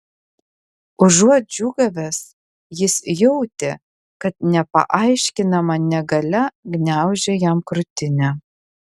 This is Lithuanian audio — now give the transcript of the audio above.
užuot džiūgavęs jis jautė kad nepaaiškinama negalia gniaužia jam krūtinę